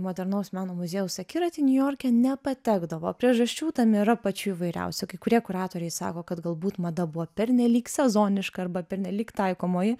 modernaus meno muziejaus akiraty niujorke nepatekdavo priežasčių tam yra pačių įvairiausių kai kurie kuratoriai sako kad galbūt mada buvo pernelyg sezoniška arba pernelyg taikomoji